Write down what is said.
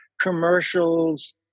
commercials